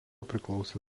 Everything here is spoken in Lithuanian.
priklausė